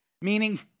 meaning